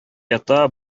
ята